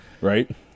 Right